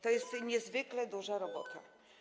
To jest niezwykle duża robota.